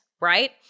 right